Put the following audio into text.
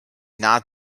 not